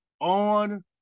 on